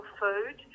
food